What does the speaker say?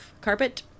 carpet